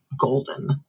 golden